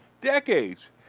decades